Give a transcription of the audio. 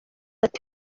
ati